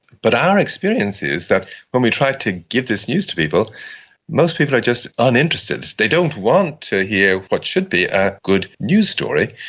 but our experience is that when we try to give this news to people most people are just uninterested. they don't want to hear what should be a good news story.